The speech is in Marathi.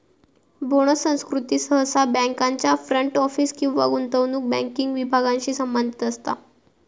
बोनस संस्कृती सहसा बँकांच्या फ्रंट ऑफिस किंवा गुंतवणूक बँकिंग विभागांशी संबंधित असता